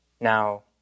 now